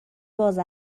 باز